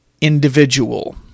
individual